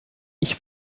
ich